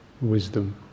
wisdom